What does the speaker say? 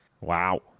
wow